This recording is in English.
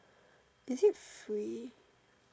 is it free